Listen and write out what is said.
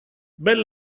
bel